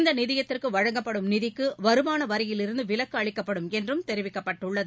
இந்த நிதியத்திற்கு வழங்கப்படும் நிதிக்கு வருமான வரியிலிருந்து விலக்கு அளிக்கப்படும் என்றும் தெரிவிக்கப்பட்டுள்ளது